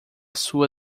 sua